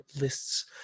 lists